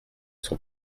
son